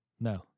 No